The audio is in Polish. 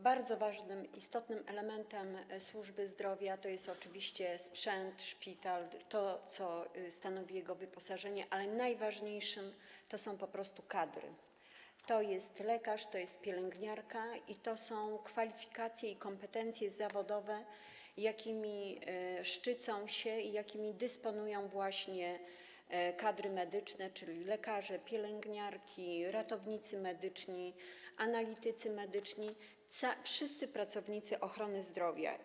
Bardzo ważnymi, istotnymi elementami służby zdrowia są oczywiście sprzęt, szpital, to, co stanowi jego wyposażenie, ale najważniejsze są po prostu kadry: lekarze, pielęgniarki, kwalifikacje i kompetencje zawodowe, jakimi szczycą się i jakimi dysponują właśnie kadry medyczne, czyli lekarze, pielęgniarki, ratownicy medyczni, analitycy medyczni, wszyscy pracownicy ochrony zdrowia.